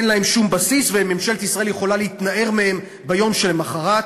אין להן שום בסיס וממשלת ישראל יכולה להתנער מהן ביום שלמחרת,